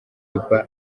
juba